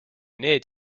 need